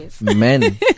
men